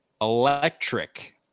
Electric